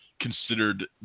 considered